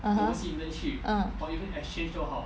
(uh huh)